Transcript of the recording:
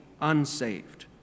unsaved